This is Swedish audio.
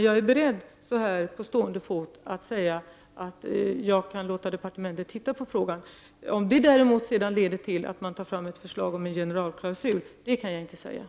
Jag är dock så här på stående fot beredd att säga att jag kan låta departementet titta på frågan. Om det däremot sedan leder till att man tar fram ett förslag om en generalklausul kan jag inte säga nu.